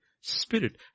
spirit